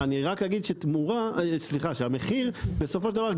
אני רק אגיד שהמחיר בסופו של דבר,